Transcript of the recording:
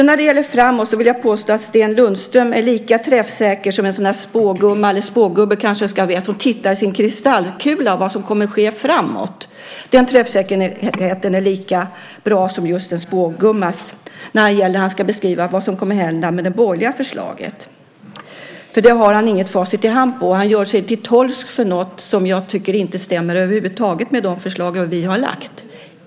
När det gäller framtiden vill jag påstå att Sten Lundström är lika träffsäker som en sådan där spågumma, eller kanske snarare spågubbe, som tittar i sin kristallkula efter vad som kommer att ske framåt. Den träffsäkerheten är lika bra som en spågummas när han ska beskriva vad som kommer att hända med det borgerliga förslaget. Där har han inget facit i hand, och han gör sig till tolk för något som jag inte tycker stämmer över huvud taget med de förslag som vi har lagt fram.